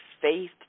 faith